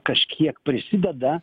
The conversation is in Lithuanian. kažkiek prisideda